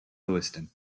lewiston